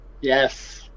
yes